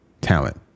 talent